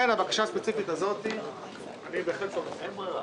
בדיון הקודם הבטחתם להגיד איזה ערים נוספות יש לכם בתכנון.